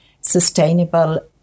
sustainable